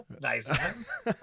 nice